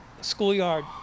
schoolyard